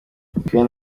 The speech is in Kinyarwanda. ukraine